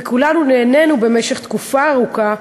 וכולנו נהנינו במשך תקופה ארוכה,